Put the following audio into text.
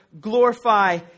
glorify